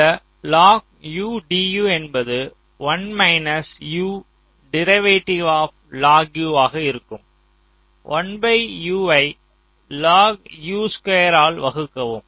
இந்த என்பது 1 minus U derivative of ஆக இருக்கும் யை ஆல் வகுக்கவும்